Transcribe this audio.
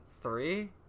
three